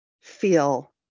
feel